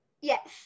Yes